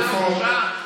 מה, זה לא בושה?